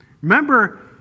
Remember